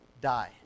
die